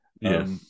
Yes